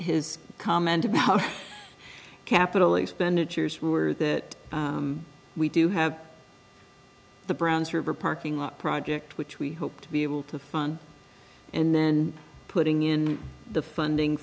his comment about capital expenditures were that we do have the browns river parking lot project which we hope to be able to fund and then putting in the funding